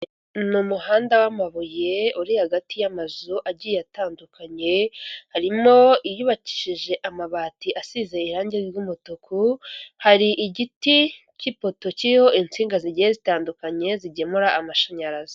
Ni umuhanda w'amabuye, uri hagati y'amazu agiye atandukanye, harimo iyubakishije amabati asize irangi ry'umutuku, hari igiti cy'ipoto kiriho insinga zigiye zitandukanye zigemura amashanyarazi.